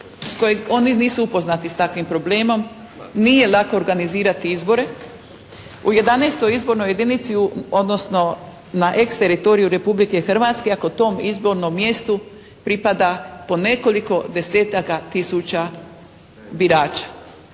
oni nisu upoznati s takvim problemom. Nije lako organizirati izbore. U XI. izbornoj jedinici, odnosno na ex-teritoriju Republike Hrvatske ako tom izbornom mjestu pripada po nekoliko desetaka tisuća birača.